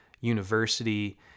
University